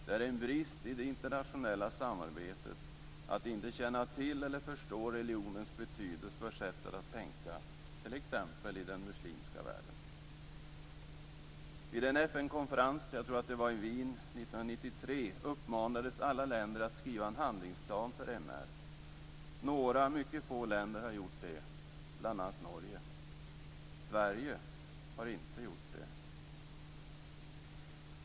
Det är en brist i det internationella samarbetet att inte känna till eller förstå religionens betydelse för sättet att tänka, t.ex. i den muslimska världen. Vid en FN-konferens - jag tror att det var i Wien 1993 - uppmanades alla länder att skriva en handlingsplan för MR. Mycket få länder har gjort det, bl.a. Norge. Sverige har inte gjort det.